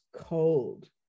cold